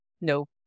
no